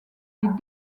les